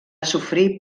sofrir